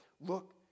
look